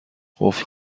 قفل